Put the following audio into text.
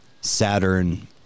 Saturn